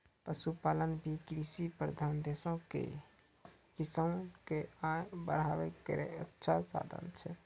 पशुपालन भी कृषि प्रधान देशो म किसान क आय बढ़ाय केरो अच्छा साधन छै